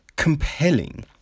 compelling